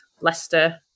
Leicester